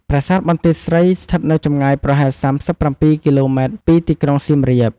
ប្រាសាទបន្ទាយស្រី ស្ថិតនៅចម្ងាយប្រហែល ៣៧ គីឡូម៉ែត្រពីទីក្រុងសៀមរាប។